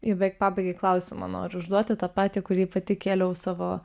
jau beveik pabaigai klausimą noriu užduoti tą patį kurį pati kėliau savo